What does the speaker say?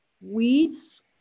weeds